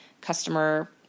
customer